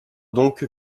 donc